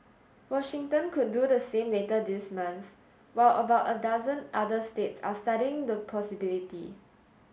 Washington could do the same later this month while about a dozen other states are studying the possibility